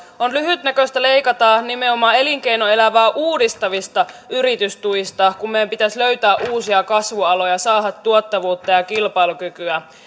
on lyhytnäköistä leikata nimenomaan elinkeinoelämää uudistavista yritystuista kun meidän pitäisi löytää uusia kasvualoja saada tuottavuutta ja kilpailukykyä